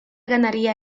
ganaría